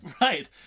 Right